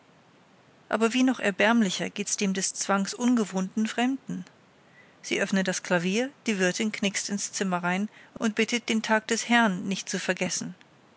aber wie noch erbärmlicher geht's dem des zwangs ungewohnten fremden sie öffnen das klavier die wirtin knickst in's zimmer herein und bittet den tag des herrn nicht zu vergessen